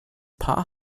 paar